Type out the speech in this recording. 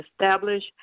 establish